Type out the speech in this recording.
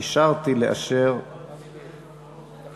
אישרתי לאשר לדבר.